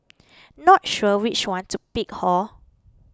not sure which one to pick hor